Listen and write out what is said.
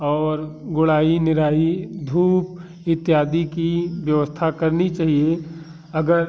और गोड़ाई निराई धूप इत्यादि की व्यवस्था करनी चाहिए अगर